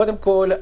קודם כל,